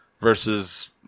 versus